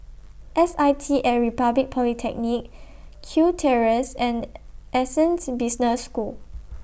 S I T At Republic Polytechnic Kew Terrace and Business School